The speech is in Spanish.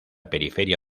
periferia